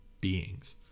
beings